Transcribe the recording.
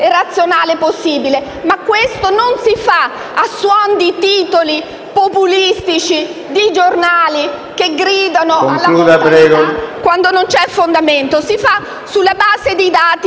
e razionale possibile, ma questo non si fa a suon di titoli populistici sui giornali, che lanciano allarmi quando non c'è fondamento, si fa sulla base di dati